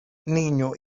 niño